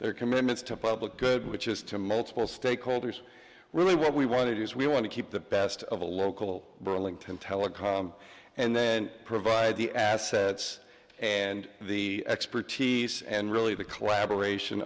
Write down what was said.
their commitments to public good which is to multiple stakeholders really what we want to do is we want to keep the best of the local burlington telecom and then provide the assets and the expertise and really the collaboration